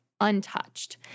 untouched